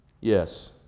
Yes